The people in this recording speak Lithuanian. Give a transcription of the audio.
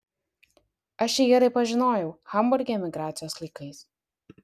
aš jį gerai pažinojau hamburge emigracijos laikais